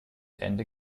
ende